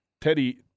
Teddy